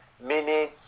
meaning